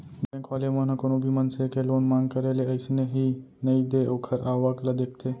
bank वाले मन ह कोनो भी मनसे के लोन मांग करे ले अइसने ही नइ दे ओखर आवक ल देखथे